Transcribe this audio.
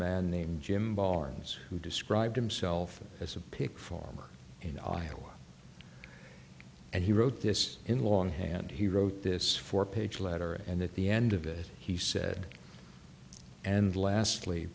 man named jim barnes who described himself as a pig farmer in iowa and he wrote this in longhand he wrote this four page letter and at the end of it he said and l